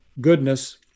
goodness